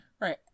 right